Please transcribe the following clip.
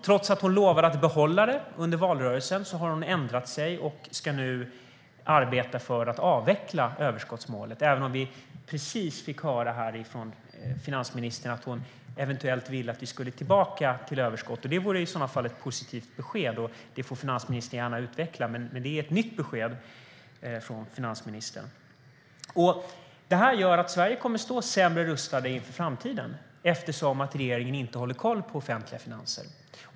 Trots att hon under valrörelsen lovade att behålla det har hon ändrat sig och ska nu arbeta för att avveckla överskottsmålet, även om vi precis fick höra från finansministern här att hon eventuellt vill att vi ska tillbaka till överskott. Det vore i så fall ett positivt besked, och det får finansministern gärna utveckla. Men det är ett nytt besked från finansministern. Detta gör att Sverige kommer att stå sämre rustat inför framtiden, eftersom regeringen inte håller koll på offentliga finanser.